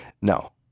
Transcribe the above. No